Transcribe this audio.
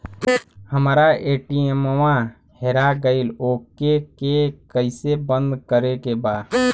हमरा ए.टी.एम वा हेरा गइल ओ के के कैसे बंद करे के बा?